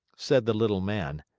said the little man,